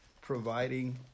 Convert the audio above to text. providing